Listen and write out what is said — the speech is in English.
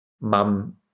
Mum